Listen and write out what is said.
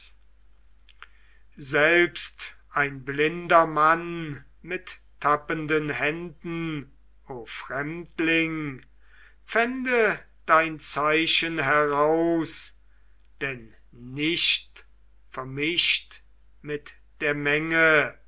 selbst ein blinder mann mit tappenden händen o fremdling fände dein zeichen heraus denn nicht vermischt mit der menge